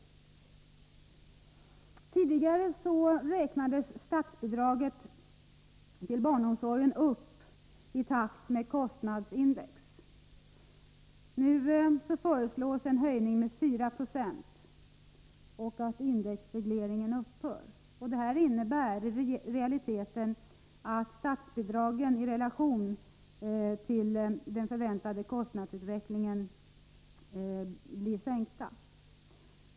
Tidigare räknades statsbidraget till barnomsorgen upp i takt med kostnadsindex. Regeringen föreslår nu en höjning med 4 96 och att indexregleringen upphör. Det innebär i realiteten en sänkning av statsbidragen i relation till den förväntade kostnadsutvecklingen.